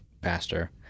pastor